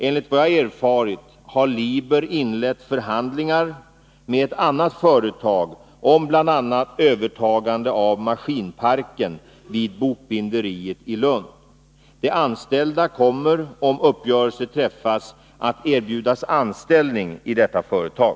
Enligt vad jag erfarit har Liber inlett förhandlingar med ett annat företag om bl.a. övertagande av maskinparken vid bokbinderiet i Lund. De anställda kommer, om uppgörelse träffas, att erbjudas anställning i detta företag.